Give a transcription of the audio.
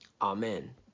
Amen